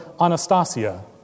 Anastasia